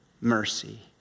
mercy